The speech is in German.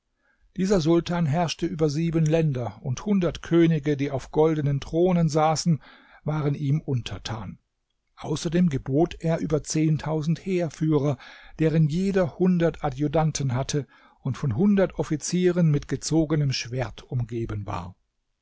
dieser sultan herrschte über sieben länder und hundert könige die auf goldenen thronen saßen waren ihm untertan außerdem gebot er über zehntausend heerführer deren jeder hundert adjutanten hatte und von hundert offizieren mit gezogenem schwert umgeben war